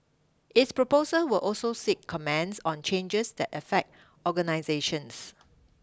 its proposals will also seek comments on changes that affect organisations